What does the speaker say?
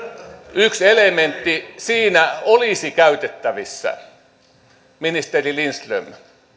yksi elementti siinä olisi käytettävissä ministeri lindström